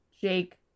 Jake